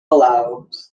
allows